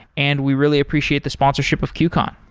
and we really appreciate the sponsorship of qcon.